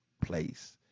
place